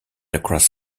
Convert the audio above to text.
across